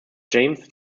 james